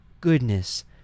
goodness